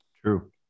True